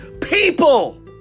people